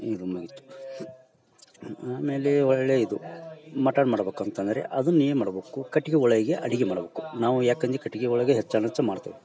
ಇದು ಮುಗಿತು ಆಮೇಲೆ ಒಳ್ಳೆಯ ಇದು ಮಟನ್ ಮಾಡ್ಬಕಂತಂದರೆ ಅದನ್ನ ಏನ್ಮಾಡ್ಬಕು ಕಟ್ಟಿಗಿ ಒಳಗೆ ಅಡ್ಗಿ ಮಾಡ್ಬಕು ನಾವು ಯಾಕಂದಿ ಕಟ್ಟಿಗಿ ಒಳಗೆ ಹೆಚ್ಚಂದೆಚ್ಚ ಮಾಡ್ತೇವೆ